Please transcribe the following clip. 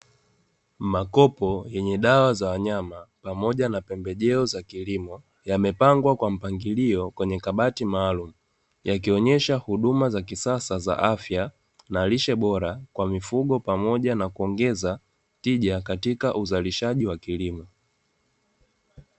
Makopo yenye dawa za wanyama pamoja na pembejeo za kilimo, yamepangwa kwa mapangilio kwenye kabati maalumu, yakionyesha huduma za kisasa za afya, na lishe bora kwa mifugo pamoja na kuongeza tija katika uzalishaji wa kilimo.